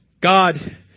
God